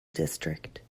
district